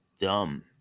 dumb